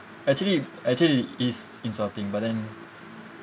actually actually is insulting but then